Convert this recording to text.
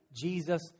Jesus